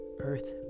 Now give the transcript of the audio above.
earth